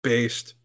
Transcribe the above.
Based